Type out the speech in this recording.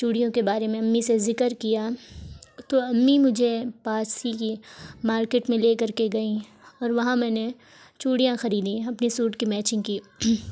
چوڑیوں کے بارے میں امی سے ذکر کیا تو امی مجھے پاس ہی کی مارکیٹ میں لے کر کے گئیں اور وہاں میں نے چوڑیاں خریدیں اپنے سوٹ کے میچینگ کی